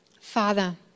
father